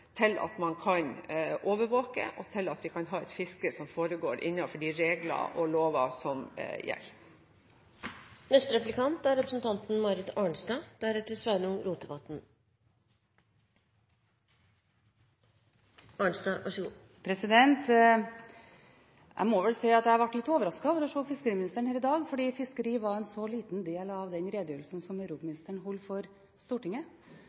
til at man kan overvåke, og til at vi kan ha et fiske som foregår innenfor de regler og lover som gjelder. Jeg må vel si at jeg ble litt overrasket over å se fiskeriministeren her i dag, fordi fiskeri var en så liten del av den redegjørelsen som europaministeren holdt for Stortinget.